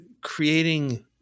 creating